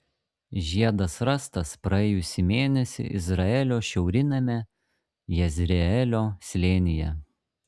žiedas rastas praėjusį mėnesį izraelio šiauriniame jezreelio slėnyje